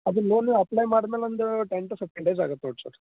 ಅದು loan apply ಮಾಡಿದ ಮೇಲೆ ಒಂದು ಟೆನ್ ಟು ಫಿಫ್ಟಿನ್ ಡೇಸ್ ಆಗುತ್ತೆ ನೋಡಿ ಸರ್